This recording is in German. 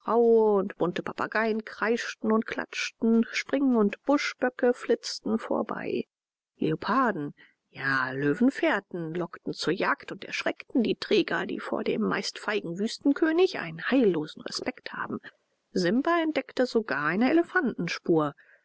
und bunte papageien kreischten und klatschten spring und buschböcke flitzten vorbei leoparden ja löwenfährten lockten zur jagd und erschreckten die träger die vor dem meist feigen wüstenkönig einen heillosen respekt haben simba entdeckte sogar eine